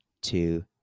two